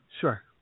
Sure